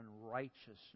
unrighteousness